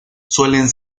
suelen